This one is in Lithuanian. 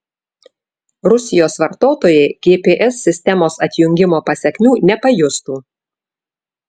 rusijos vartotojai gps sistemos atjungimo pasekmių nepajustų